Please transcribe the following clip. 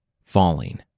falling